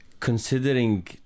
considering